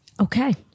Okay